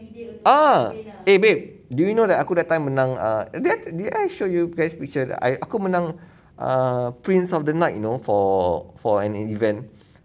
ah eh babe do you know that aku that time menang err did I did I show you a picture that I aku menang err prince of the night you know for for an event